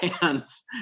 hands